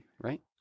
right